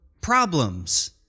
problems